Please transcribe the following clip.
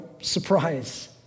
surprise